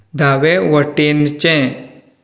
दावे वटेनचें